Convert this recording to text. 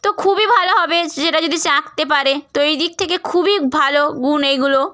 তো খুবই ভালো হবে সেটা যদি সে আঁকতে পারে তো এই দিক থেকে খুবই ভালো গুণ এইগুলো